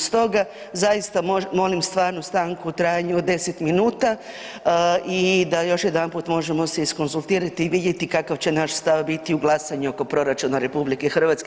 Stoga zaista molim stvarno stanku u trajanju od 10 minuta i da još jedanput možemo se iskonzultirati i vidjeti kakav će naš stav biti u glasanju oko proračuna RH.